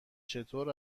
چطور